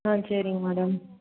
ஆ சரிங்க மேடம்